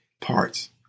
parts